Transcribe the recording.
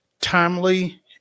timely